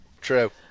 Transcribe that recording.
True